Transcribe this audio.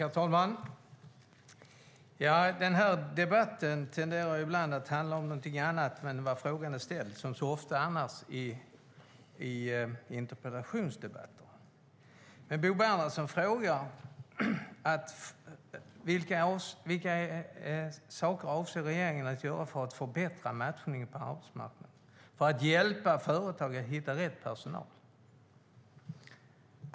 Herr talman! Den här debatten tenderar att handla om någonting annat än om den fråga som ställts, som så ofta i interpellationsdebatter. Bo Bernhardsson frågar vilka saker regeringen avser att göra för att förbättra matchningen på arbetsmarknaden för att hjälpa företagen att hitta rätt personal.